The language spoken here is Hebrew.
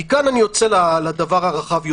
מכאן אני יוצא לדבר הרחב יותר: